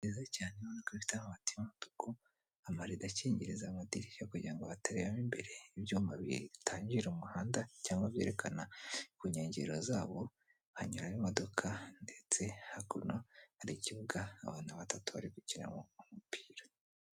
Ni heza cyane urabona ko hafite amabati y'umutuku, amarido akingiriza amadirishya kugirango hatagira urebamo imbere, ibyuma bitangira umuhanda cyangwa byerekana ku nkengero zabo hanyuramo imodokadoka ndetse hakuno hari ikibuga abantu batatu bari gukinamo umupira.